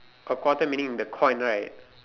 a quarter meaning the coin right